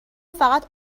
فقط